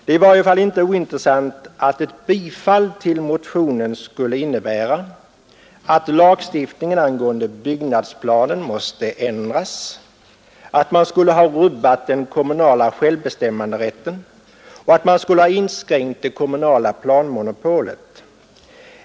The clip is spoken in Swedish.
Det är i varje fall inte ointressant att bifall till motionen skulle innebära att lagstiftningen angående byggnadsplanen måste ändras, att man skulle ha rubbat den kommunala självbestämmanderätten och att man skulle ha inskränkt det kommunala planmonopolet.